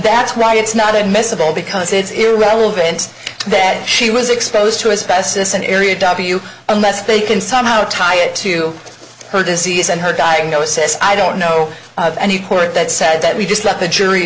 that's why it's not admissible because it's irrelevant that she was exposed to asbestos an area w unless they can somehow tie it to her disease and her diagnosis i don't know of any court that said that we just let the jury